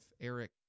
eric